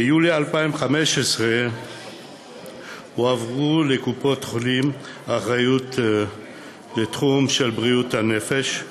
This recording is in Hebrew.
ביולי 2015 הועברה לקופות-החולים האחריות לתחום בריאות הנפש,